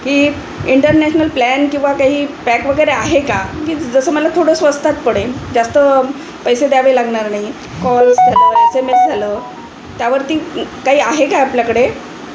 की international plan किंवा काही पॅक वगैरे आहे का की जसं मला थोडं स्वस्तात पडेल जास्त पैसे द्यावे लागणार नाही कॉल्स झालं एस एम एस झालं त्यावरती काही आहे काय आपल्याकडे